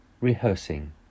rehearsing